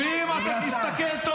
ואם תסתכל טוב,